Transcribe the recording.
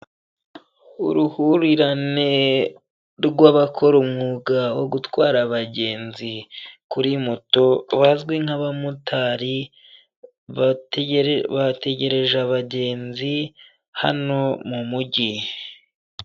Uruhurirane rwabakora umwuga wo gutwara abagenzi kuri moto bazwi nk'abamotari, bategereje abagenzi hano mu mujyi.